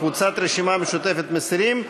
קבוצת הרשימה המשותפת מסירים.